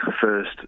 first